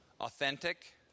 Authentic